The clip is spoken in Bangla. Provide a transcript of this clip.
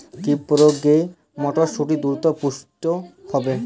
কি প্রয়োগে মটরসুটি দ্রুত পুষ্ট হবে?